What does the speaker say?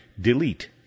DELETE